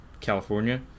California